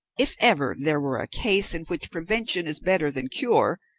if ever there were a case in which prevention is better than cure,